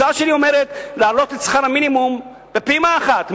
ההצעה שלי אומרת להעלות את שכר המינימום בפעימה אחת,